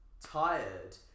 tired